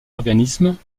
organismes